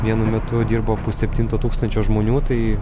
vienu metu dirbo pusseptinto tūkstančio žmonių tai